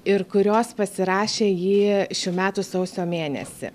ir kurios pasirašė jį šių metų sausio mėnesį